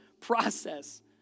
process